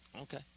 Okay